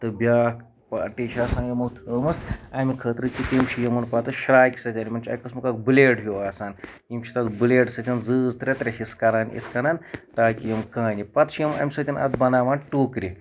تہٕ بیاکھ پارٹی چھِ آسان یِمو تھٲومٕژ اَمہِ خٲطرٕ چھِ تِم چھِ یِمن پَتہٕ شراکہِ سۭتۍ یِمن چھُ اکہِ قٔسمُک اکھ بلیڈ ہیوٗ آسان یِم چھِ تَتھ بلیڈ سۭتۍ زٕٲز ترے ترے حِصہٕ کران یِتھ کَنن تاکہِ یِم کانہِ پَتہٕ چھِ یِم اَمہِ سۭتۍ اَتھ بَناوان ٹوٗکرِ